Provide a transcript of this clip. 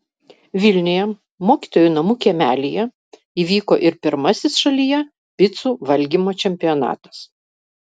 vilniuje mokytojų namų kiemelyje įvyko ir pirmasis šalyje picų valgymo čempionatas